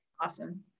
Awesome